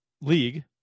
league